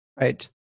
Right